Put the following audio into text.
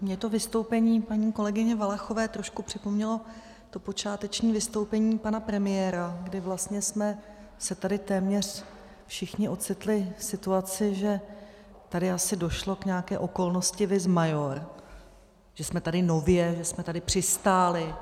Mně to vystoupení paní kolegyně Valachové trošku připomnělo počáteční vystoupení pana premiéra, kdy vlastně jsme se tady téměř všichni ocitli v situaci, že tady asi došlo k nějaké okolnosti vis major, že jsme tady nově, že jsme tady přistáli.